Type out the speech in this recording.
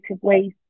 ways